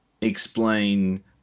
explain